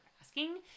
asking